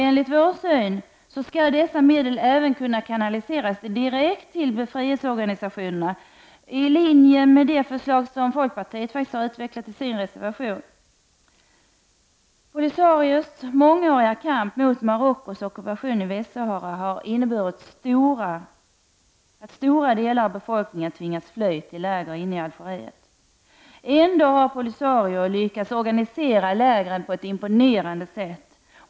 Enligt centerns syn skall dessa medel även kunna kanaliseras direkt till befrielseorganisationerna, i linje med det förslag som folkpartiet utvecklar i sin reservation nr 81. Polisarios mångåriga kamp mot Marockos ockupation av Västsahara har inneburit att stora delar av befolkningen tvingats fly till läger inne i Algeriet. Ändå har Polisario lyckats organisera lägren på ett imponerande sätt.